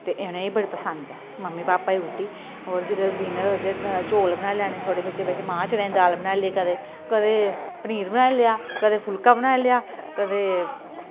ते इनें ई बड़ी पसंद ऐ मम्मी पापा गी रुट्टी और जिल्लै डिनर बिच चौल बनाई लैने थोह्ड़े बिच बिच मां चने दी दाल बनाई लेई कदें कदे पनीर बनाई लेआ कदें फुल्का बनाई लेआ कदें